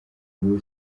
ubu